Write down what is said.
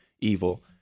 evil